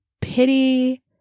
pity